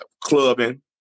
clubbing